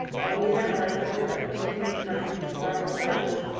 while neither are effective at protecting you from viral particles,